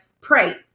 pray